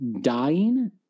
dying